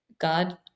God